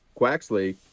Quaxley